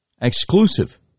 Exclusive